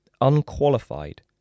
unqualified